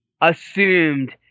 assumed